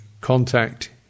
contact